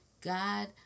God